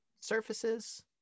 surfaces